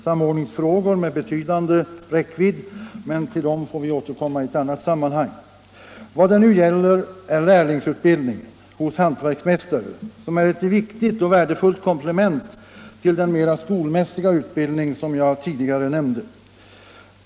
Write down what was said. samordningsproblem med betydande räckvidd, men till dem får vi återkomma i ett annat sammanhang. Vad det nu gäller är lärlingsutbildningen hos hantverksmästare, vilken är ett viktigt och värdefullt komplement till den mera skolmässiga utbildning som jag tidigare nämnde.